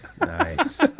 Nice